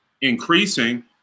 increasing